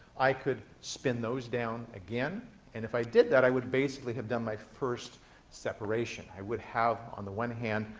i could spin those down again. and if i did that, i would basically have done my first separation. i would have, on the one hand,